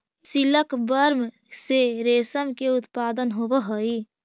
silkworm से रेशम के उत्पादन होवऽ हइ